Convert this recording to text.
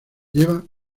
lleva